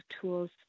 tools